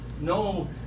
no